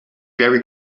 very